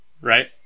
right